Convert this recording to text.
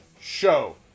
show